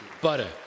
Butter